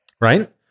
Right